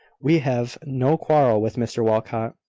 we have no quarrel with mr walcot.